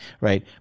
right